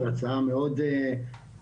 זו הצעה מאוד חשובה,